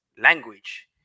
language